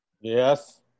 Yes